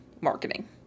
marketing